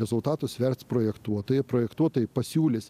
rezultatus svers projektuotojai projektuotojai pasiūlys